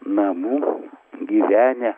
namų gyvenę